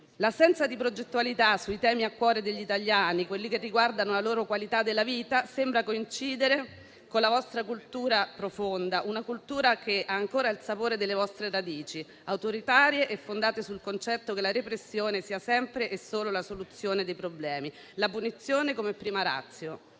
L'assenza di progettualità sui temi che stanno a cuore agli italiani, quelli che riguardano la loro qualità della vita, sembra coincidere con la vostra cultura profonda, che ha ancora il sapore delle vostre radici, autoritarie e fondate sul concetto che la repressione sia sempre e solo la soluzione dei problemi: la punizione come prima *ratio*.